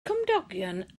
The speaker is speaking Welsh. cymdogion